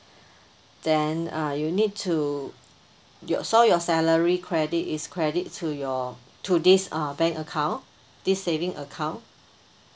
then uh you need to your so your salary credit is credit to your to this uh bank account this saving account